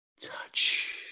touch